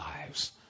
lives